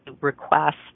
request